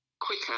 quicker